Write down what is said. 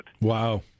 Wow